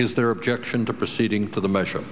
is their objection to proceeding to the measure